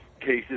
cases